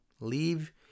leave